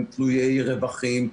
הם תלוי רווחים,